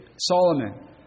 Solomon